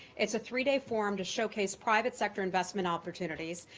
it's a three-day forum to showcase private sector investment opportunities,